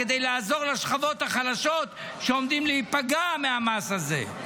כדי לעזור לשכבות החלשות שעומדות להיפגע מהמס הזה.